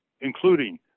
including